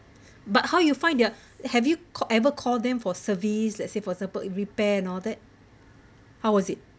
but how you find their have you called ever call them for service let's say for example in repair and all that how was it